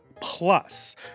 Plus